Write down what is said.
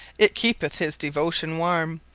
it keepeth his devotion warme,